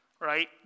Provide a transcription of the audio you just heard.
right